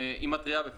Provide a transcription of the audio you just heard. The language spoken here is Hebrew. היא מתריעה בפניך.